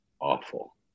awful